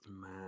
Man